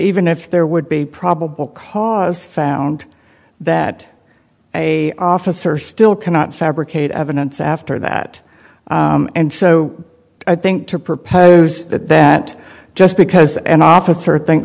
even if there would be probable cause found that a officer still cannot fabricate evidence after that and so i think to propose that just because an officer think